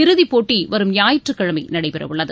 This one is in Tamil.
இறுதிப்போட்டி வரும் ஞாயிற்றுக்கிழமை நடைபெறவுள்ளது